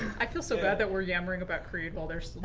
i feel so bad that we're yammering about creed while they're